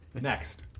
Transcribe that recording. Next